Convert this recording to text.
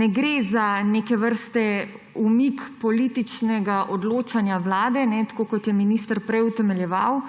ne gre za neke vrste umik političnega odločanja Vlade, tako kot je minister prej utemeljeval,